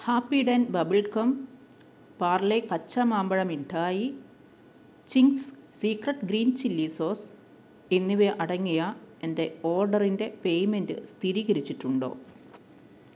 happy dent bubblegum Parle കച്ച മാമ്പഴ മിഠായി Ching's secret green chilli sauce എന്നിവ അടങ്ങിയ എന്റെ ഓർഡറിന്റെ പേയ്മെൻറ്റ് സ്ഥിരീകരിച്ചിട്ടുണ്ടോ